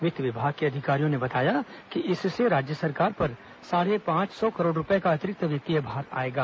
वित्त विभाग के अधिकारियों ने बताया कि इससे राज्य सरकार पर साढ़े पांच सौ करोड़ रूपए का अतिरिक्त वित्तीय भार आएगा